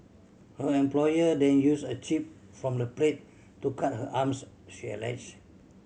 her employer then use a chip from the plate to cut her arms she allege